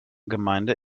gemeinde